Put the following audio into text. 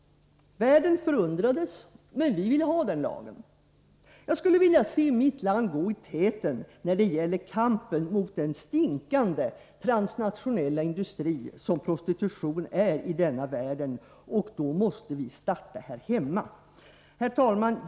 Världen förundrades, men vi ville ha den lagen. Jag skulle vilja se mitt land gå i täten när det gäller kampen mot den stinkande, transnationella industri som prostitution är i denna världen. Då måste vi starta här hemma. Herr talman!